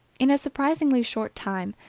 in a surprisingly short time,